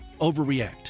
overreact